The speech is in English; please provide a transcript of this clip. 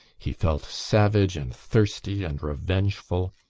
he felt savage and thirsty and revengeful,